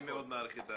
אני מאוד מעריך.